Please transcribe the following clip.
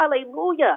hallelujah